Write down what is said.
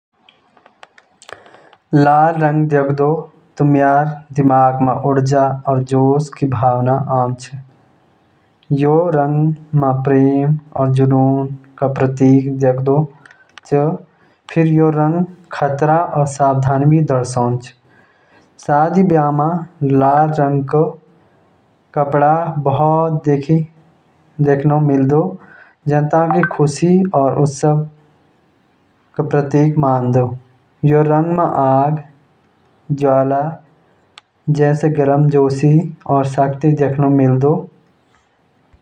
Nigeria Africa क सबसे विविध सांस्कृतिक देश होलु। यहाँक संगीत, जैसे अफ्रोबीट, दुनियाभर म मशहूर होलु। नाईजीरिया म पारंपरिक कपड़े, जैसे आंकारा, बहुत सुंदर होलु। यहाँक खाना, जैसे जॉलॉफ राइस, बहुत पसंद कियालु। लोग आपस म बहुत मिल-जुल रहदु।